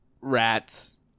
rats